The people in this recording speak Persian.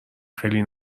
خیلی